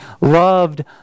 loved